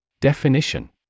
Definition